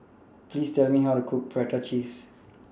Please Tell Me How to Cook Prata Cheese